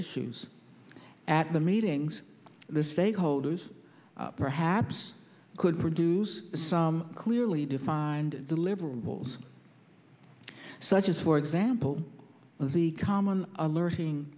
issues at the meetings the stakeholders perhaps could produce some clearly defined deliverables such as for example the common alerting